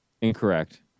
Incorrect